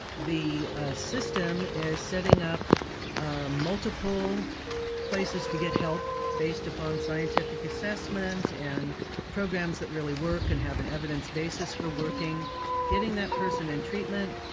the system is setting up multiple places to get help, based upon scientific assessment and programs that really work and have an evidence basis for working getting that person in treatment,